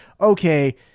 okay